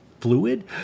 fluid